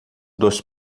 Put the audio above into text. dos